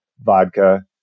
vodka